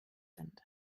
sind